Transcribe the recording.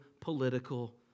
political